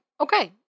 okay